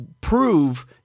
prove